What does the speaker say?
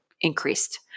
increased